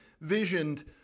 visioned